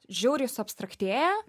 žiauriai suabstraktėja